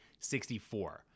64